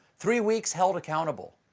three weeks held accountable.